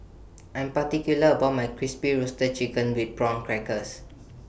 I Am particular about My Crispy Roasted Chicken with Prawn Crackers